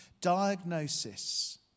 Diagnosis